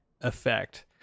Effect